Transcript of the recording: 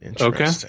okay